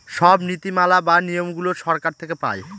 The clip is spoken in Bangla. সব নীতি মালা বা নিয়মগুলো সরকার থেকে পায়